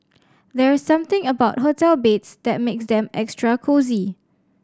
there's something about hotel beds that makes them extra cosy